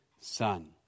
son